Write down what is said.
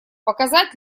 показать